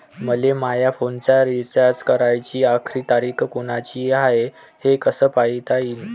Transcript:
मले माया फोनचा रिचार्ज कराची आखरी तारीख कोनची हाय, हे कस पायता येईन?